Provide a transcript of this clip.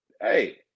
hey